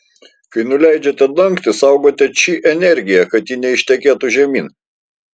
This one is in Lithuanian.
kai nuleidžiate dangtį saugote či energiją kad ji neištekėtų žemyn